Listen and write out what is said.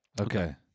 Okay